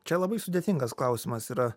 čia labai sudėtingas klausimas yra